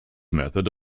method